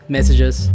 messages